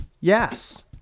Yes